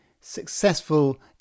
successful